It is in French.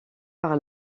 par